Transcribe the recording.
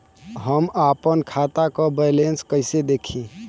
हम आपन खाता क बैलेंस कईसे देखी?